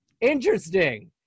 interesting